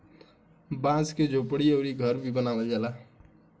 बांस से झोपड़ी अउरी घर भी बनावल जाला